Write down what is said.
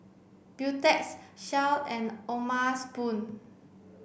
Beautex Shell and O'ma spoon